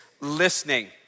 listening